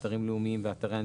אתרים לאומיים ואתרי הנצחה,